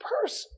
person